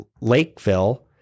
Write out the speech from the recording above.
Lakeville